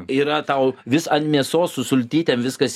yra tau vis ant mėsos su sultytėm viskas